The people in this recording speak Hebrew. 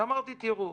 ואמרתי: תראו,